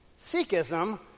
Sikhism